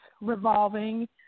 revolving